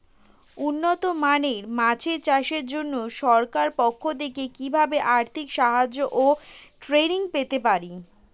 উন্নত মানের মাছ চাষের জন্য সরকার পক্ষ থেকে কিভাবে আর্থিক সাহায্য ও ট্রেনিং পেতে পারি?